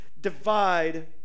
divide